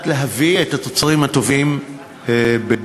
כדי להביא את התוצרים הטובים ביותר.